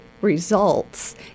results